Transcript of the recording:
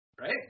Right